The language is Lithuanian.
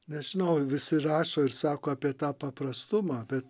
nežinau visi rašo ir sako apie tą paprastumą bet